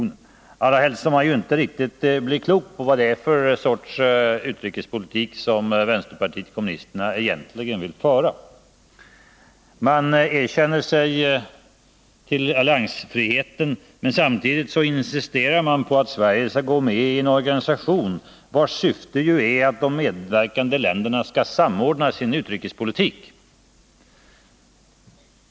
Det gäller allra helst som jag inte blir riktigt klok på vad det är för sorts utrikespolitik som vänsterpartiet kommunisterna egentligen vill föra. De bekänner sig till alliansfriheten, men insisterar samtidigt på att Sverige skall gå med i en organisation vars syfte är att de medverkande länderna skall samordna sin utrikespolitik.